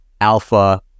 alpha